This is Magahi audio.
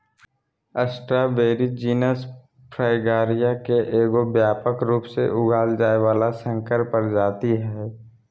स्ट्रॉबेरी जीनस फ्रैगरिया के एगो व्यापक रूप से उगाल जाय वला संकर प्रजाति हइ